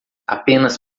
apenas